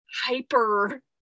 hyper